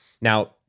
Now